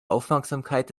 aufmerksamkeit